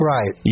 Right